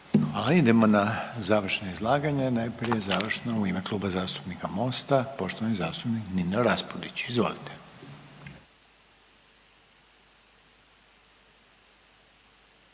Hvala. Idemo na završena izlaganja, najprije završno u ime Kluba zastupnika Mosta poštovani zastupnik Nino Raspudić. Izvolite.